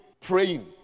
praying